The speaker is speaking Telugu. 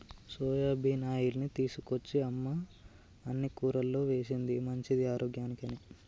సోయాబీన్ ఆయిల్ని తీసుకొచ్చి అమ్మ అన్ని కూరల్లో వేశింది మంచిది ఆరోగ్యానికి అని